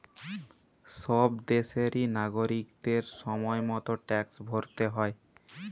সব দেশেরই নাগরিকদের সময় মতো ট্যাক্স ভরতে হয়